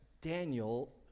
Daniel